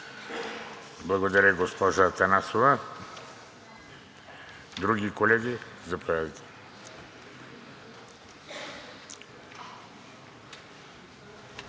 Благодаря, госпожо Атанасова. Други колеги? Заповядайте.